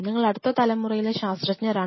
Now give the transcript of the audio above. നിങ്ങൾ അടുത്ത തലമുറയിലെ ശാസ്ത്രജ്ഞരാണ്